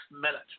minute